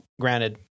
granted